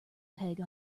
peg